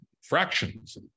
fractions